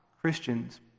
Christians